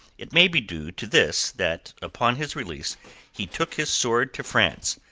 it may be due to this that upon his release he took his sword to france,